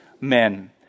men